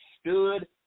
stood